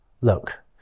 look